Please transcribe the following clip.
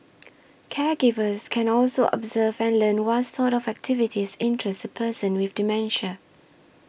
caregivers can also observe and learn what sort of activities interest a person with dementia